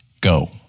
Go